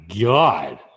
god